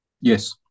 Yes